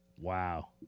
Wow